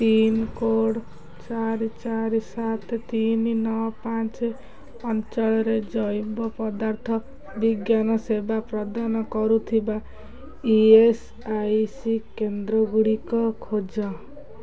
pincode ଚାରି ଚାରି ସାତ ତିନି ନଅ ପାଞ୍ଚ ଅଞ୍ଚଳରେ ଜୈବପଦାର୍ଥ ବିଜ୍ଞାନ ସେବା ପ୍ରଦାନ କରୁଥିବା ଇ ଏସ୍ ଆଇ ସି କେନ୍ଦ୍ରଗୁଡ଼ିକ ଖୋଜ